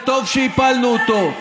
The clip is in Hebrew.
וטוב שהפלנו אותו.